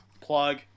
Plug